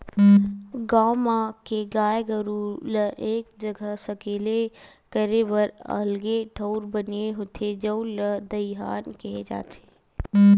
गाँव मन के गाय गरू ल एक जघा सकेला करे बर अलगे ठउर बने होथे जउन ल दईहान केहे जाथे